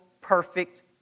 perfect